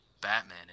Batman